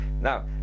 now